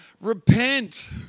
repent